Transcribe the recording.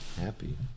Happy